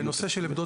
בנושא של עמדות